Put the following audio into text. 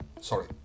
Sorry